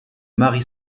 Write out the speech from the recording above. mary